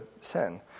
sin